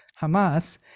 Hamas